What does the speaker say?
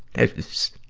is,